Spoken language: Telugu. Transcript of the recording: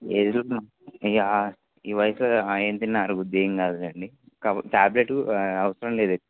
ఏదుగ ఈ వయసులో ఏ తన్నా అరగుతుంది ఎం కాదులెండి ట్యాబ్లెట్ అవసరం లేదు